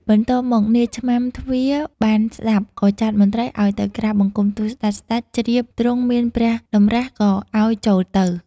បន្ទាប់មកនាយឆ្មាំទ្វារបានស្តាប់ ក៏ចាត់មន្រ្តីឲ្យទៅក្រាបបង្គំទូលសេ្តច សេ្តចជ្រាបទ្រង់មានព្រះតម្រាសក៏ឲ្យចូលទៅ។